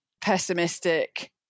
pessimistic